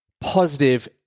positive